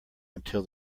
until